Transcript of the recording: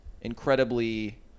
incredibly